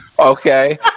okay